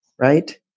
Right